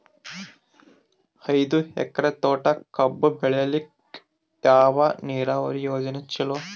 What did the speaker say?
ಐದು ಎಕರೆ ತೋಟಕ ಕಬ್ಬು ಬೆಳೆಯಲಿಕ ಯಾವ ನೀರಾವರಿ ಯೋಜನೆ ಚಲೋ?